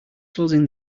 closing